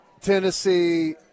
Tennessee